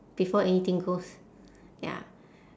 before anything goes ya